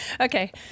Okay